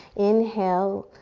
inhale,